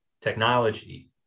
technology